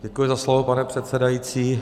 Děkuji za slovo, pane předsedající.